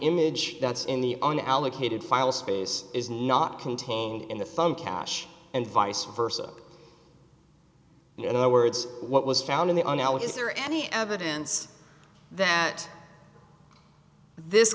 image that's in the on the allocated file space is not contained in the phone cache and vice versa you know words what was found in the analogy is there any evidence that this